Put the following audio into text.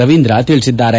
ರವೀಂದ್ರ ತಿಳಿಸಿದ್ದಾರೆ